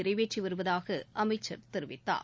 நிறைவேற்றிவருவதாகஅமைச்சர் தெரிவித்தார்